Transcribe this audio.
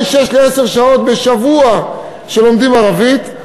לעשר שעות בשבוע שלומדים בהן ערבית.